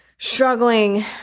Struggling